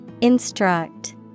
Instruct